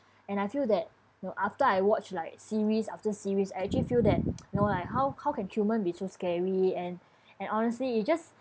and I feel that you know after I watch like series after series I actually feel that no lah how how can human be so scary and and honestly it just